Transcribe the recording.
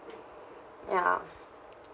ya